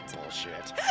Bullshit